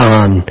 on